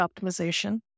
optimization